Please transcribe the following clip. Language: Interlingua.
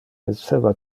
esseva